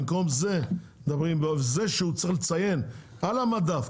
זה שהוא צריך לציין על המדף,